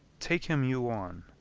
take him you on.